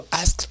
ask